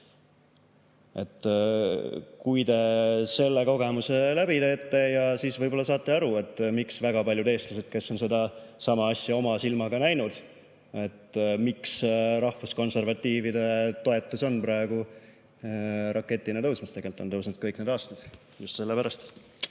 Kui te selle kogemuse läbi teete, siis võib-olla saate aru väga paljudest eestlastest, kes on seda sama asja oma silmaga näinud, ja saate ka aru, miks rahvuskonservatiivide toetus on praegu raketina tõusmas, tegelikult on see tõusnud kõik need aastad. Just sellepärast.